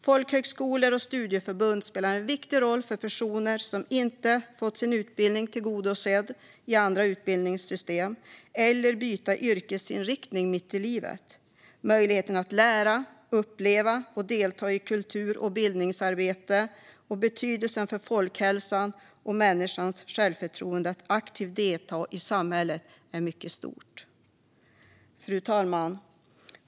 Folkhögskolor och studieförbund spelar en viktig roll för personer som inte fått sin utbildning tillgodosedd i andra utbildningssystem eller för den som vill byta yrkesinriktning mitt i livet. Folkhögskolor och studieförbund ger möjlighet att lära, uppleva och delta i kultur och bildningsarbete, och dess betydelse för folkhälsan och människans självförtroende när det gäller att aktivt delta i samhället är mycket stort. Fru talman!